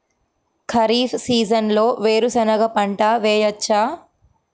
ఖరీఫ్ సీజన్లో వేరు శెనగ పంట వేయచ్చా?